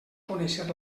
conèixer